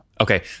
Okay